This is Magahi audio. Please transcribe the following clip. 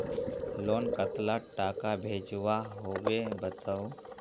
लोन कतला टाका भेजुआ होबे बताउ?